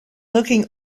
looking